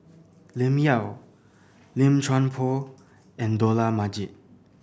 Lim Yau Lim Chuan Poh and Dollah Majid